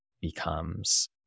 becomes